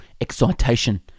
excitation